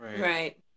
right